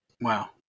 Wow